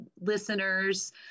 listeners